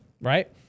right